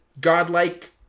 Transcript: godlike